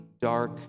dark